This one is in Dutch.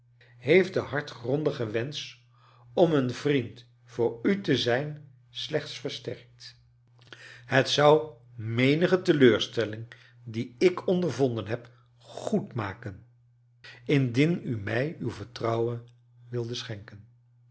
heeft den hartgrondigen wensch om een vriend voor u te zijn slechts verterkt het kleine dokrit zou ruenige teleurstclling die ik ondervonden heb goed makem indien u mij uw vertrouwen wildet schenken